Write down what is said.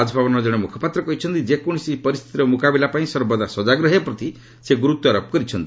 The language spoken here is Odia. ରାକଭବନର ଜଣେ ମୁଖପାତ୍ର କହିଛନ୍ତି ଯେକୌଣସି ପରିସ୍ଥିତିର ମୁକାବିଲା ପାଇଁ ସର୍ବଦା ସଜାଗ ରହିବା ପ୍ରତି ସେ ଗୁର୍ତ୍ୱାରୋପ କରିଛନ୍ତି